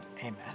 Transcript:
amen